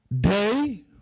Day